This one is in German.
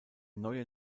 neue